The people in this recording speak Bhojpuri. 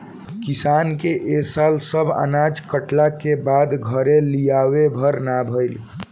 किसान के ए साल सब अनाज कटला के बाद घरे लियावे भर ना भईल